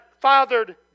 fathered